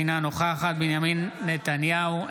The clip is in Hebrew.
אינה נוכחת בנימין נתניהו,